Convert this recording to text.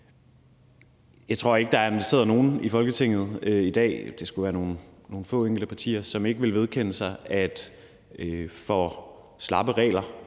Jeg tror ikke, at der sidder nogen i Folketinget i dag – det skulle være nogle få enkelte partier – som ikke vil vedkende sig, at for slappe regler